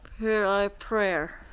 hear our prayer